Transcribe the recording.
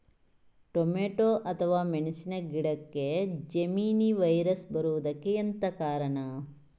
Tomato ಅಥವಾ ಮೆಣಸಿನ ಗಿಡಕ್ಕೆ ಜೆಮಿನಿ ವೈರಸ್ ಬರುವುದಕ್ಕೆ ಎಂತ ಕಾರಣ?